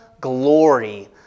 glory